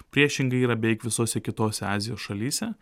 priešingai yra beveik visose kitose azijos šalyse